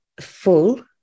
full